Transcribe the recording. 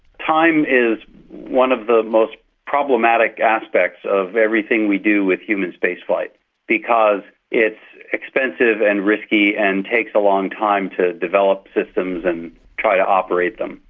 time is one of the most problematic aspects of everything we do with human spaceflight because it's expensive and risky and takes a long time to develop systems and try to operate them.